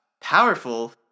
Powerful